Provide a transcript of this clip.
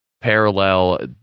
parallel